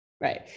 Right